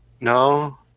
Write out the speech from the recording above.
No